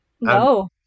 No